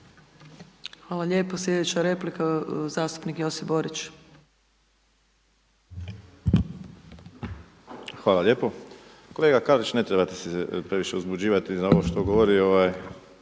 Hvala lijepo. Slijedeća replika zastupnik Josip Borić. **Borić, Josip (HDZ)** Hvala lijepo. Kolega Karlić, ne trebate se previše uzbuđivati na ovo što govori